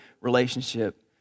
relationship